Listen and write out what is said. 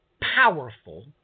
powerful